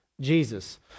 Jesus